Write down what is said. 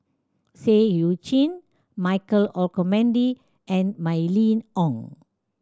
Seah Eu Chin Michael Olcomendy and Mylene Ong